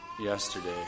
Yesterday